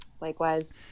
Likewise